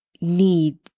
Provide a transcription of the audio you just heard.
need